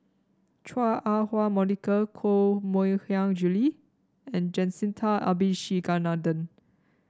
Chua Ah Huwa Monica Koh Mui Hiang Julie and Jacintha Abisheganaden